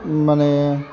माने